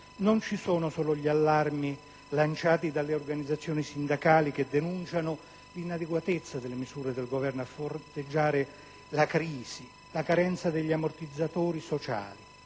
Non ci sono solo gli allarmi lanciati dalle organizzazioni sindacali che denunciano l'inadeguatezza delle misure del Governo a fronteggiare la crisi e la carenza degli ammortizzatori sociali.